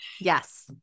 Yes